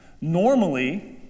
normally